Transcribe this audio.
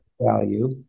value